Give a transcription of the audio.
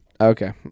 Okay